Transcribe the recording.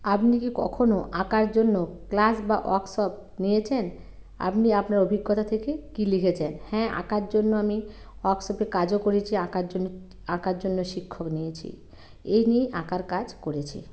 আপনি কি কখনো আঁকার জন্য ক্লাস বা ওয়ার্কশপ নিয়েছেন আপনি আপনার অভিজ্ঞতা থেকে কী লিখেছেন হ্যাঁ আঁকার জন্য আমি ওয়ার্কশপে কাজও করেছি আঁকার জন্য আঁকার জন্য শিক্ষক নিয়েছি এই নিয়েই আঁকার কাজ করেছি